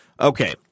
Okay